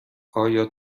آیا